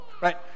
right